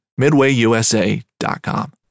MidwayUSA.com